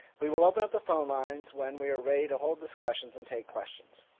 we will open up the phone lines when we are ready to hold discussions and take questions.